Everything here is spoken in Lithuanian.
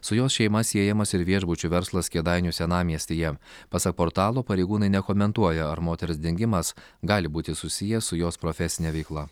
su jos šeima siejamas ir viešbučių verslas kėdainių senamiestyje pasak portalo pareigūnai nekomentuoja ar moters dingimas gali būti susijęs su jos profesine veikla